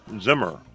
Zimmer